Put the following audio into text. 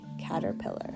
caterpillar